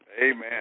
Amen